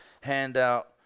handout